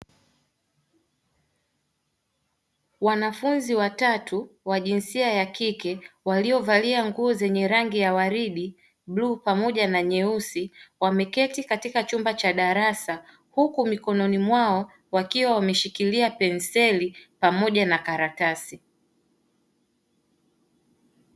Wanafunzi watatu wa jinsia ya kike waliovalia nguo zenye rangi ya waridi, bluu pamoja na nyeusi, wameketi katika chumba cha darasa huku mikononi mwao wakiwa wameshikilia penseli, pamoja na karatasi.